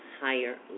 Higher